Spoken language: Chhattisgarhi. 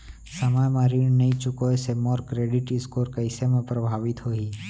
समय म ऋण नई चुकोय से मोर क्रेडिट स्कोर कइसे म प्रभावित होही?